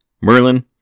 Merlin